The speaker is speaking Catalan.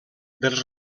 dels